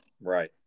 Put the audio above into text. Right